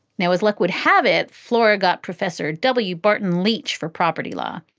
now, as luck would have it, flora got professor w. barton leach for property law.